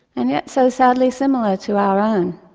and yet so sadly similar, to our own.